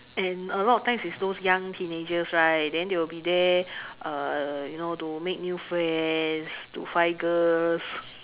and a lot of times is those young teenagers right then they will be there uh you know to make new friends to find girls